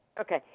okay